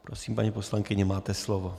Prosím, paní poslankyně, máte slovo.